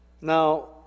Now